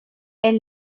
elle